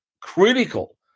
critical